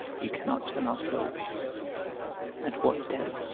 we cannot tell ourselves at what day,